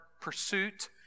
Pursuit